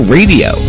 Radio